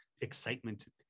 excitement